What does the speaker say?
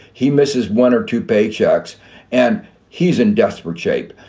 he misses one or two paychecks and he's in desperate shape.